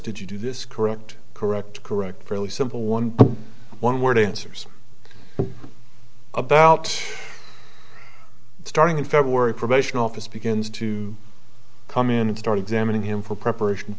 did you do this correct correct correct fairly simple one one word answers about starting in february probation office begins to come in and started examining him for preparation